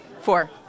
Four